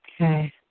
Okay